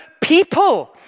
people